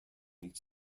each